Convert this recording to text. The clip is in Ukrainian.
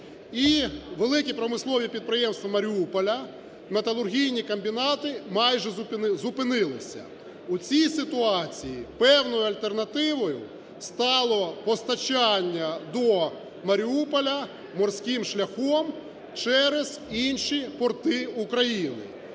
великі промислові підприємства Маріуполя, металургійні комбінати майже зупинилися. У цій ситуації певною альтернативою стало постачання до Маріуполя морським шляхом через інші порти України.